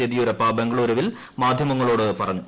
യെദ്യൂരപ്പ ബംഗളുരുവിൽ മാധ്യമങ്ങളോട് പറഞ്ഞു